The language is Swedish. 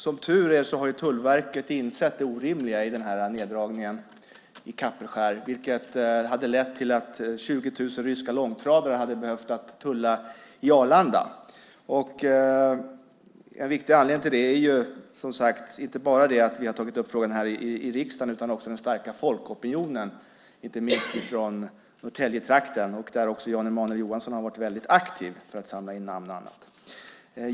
Som tur är har Tullverket insett det orimliga i neddragningen i Kapellskär, som hade lett till att 20 000 ryska långtradare hade behövt tulla i Arlanda. En viktig anledning är inte bara att vi har tagit upp frågan här i riksdagen, utan också den starka folkopinionen inte minst från Norrtäljetrakten där också Jan Emanuel Johansson har varit aktiv och samlat in namn och annat.